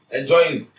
enjoying